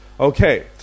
Okay